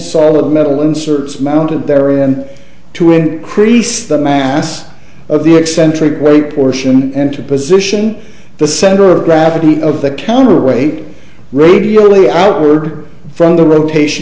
solid metal inserts mounted there and to increase the mass of the eccentric weight portion and to position the center of gravity of the counterweight radially outward from the rotation